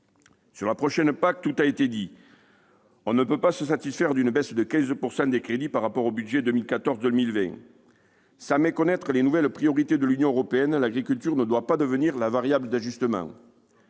Sur la prochaine PAC, tout a été dit. On ne peut se satisfaire d'une baisse de 15 % des crédits par rapport au budget 2014-2020. Sans méconnaître les nouvelles priorités de l'Union européenne, l'agriculture ne doit pas devenir la variable d'ajustement.